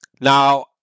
Now